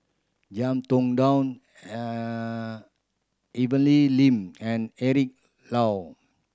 Tong Dow Evelyn Lin and Eric Low